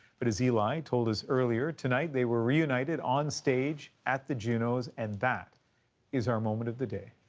but as eli told us earlier tonight they were reunited on stage at the junos and that is our moment of the day.